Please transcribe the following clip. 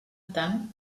tant